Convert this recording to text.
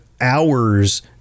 hours